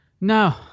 No